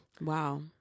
wow